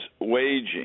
waging